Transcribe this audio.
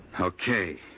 Okay